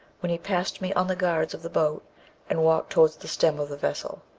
when he passed me on the guards of the boat and walked towards the stem of the vessel.